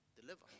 deliver